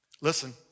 Listen